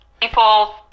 people